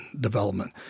development